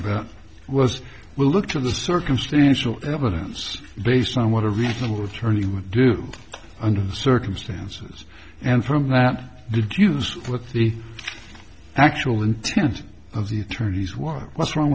about was we'll look to the circumstantial evidence based on what a reasonable return he would do under the circumstances and from that did use with the actual intent of the attorneys what what's wrong